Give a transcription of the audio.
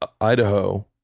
Idaho